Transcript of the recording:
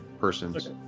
person's